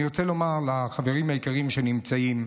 אני רוצה לומר לחברים היקרים שנמצאים,